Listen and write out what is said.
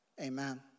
Amen